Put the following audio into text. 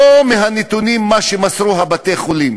לא מהנתונים שנמסרו מבתי-החולים,